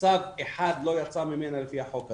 צעד אחד לא יצא ממנה לפי החוק הזה.